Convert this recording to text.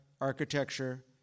architecture